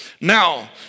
Now